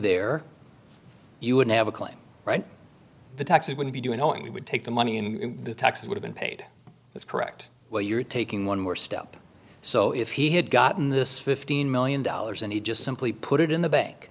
there you would have a claim the taxes would be doing all he would take the money in the taxes would have been paid that's correct while you're taking one dollar more step so if he had gotten this fifteen million dollars and he just simply put it in the bank